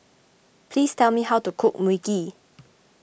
please tell me how to cook Mui Kee